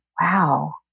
Wow